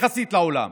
יחסית לעולם.